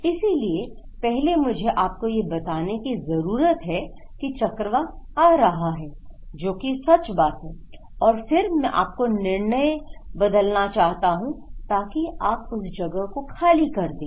इसलिए पहले मुझे आपको यह बताने की जरूरत है कि चक्रवात आ रहा है जो कि सच बात है और फिर मैं आपको निर्णय बदलना चाहता हूं ताकि आप उस जगह को खाली कर दें